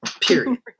Period